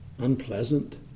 unpleasant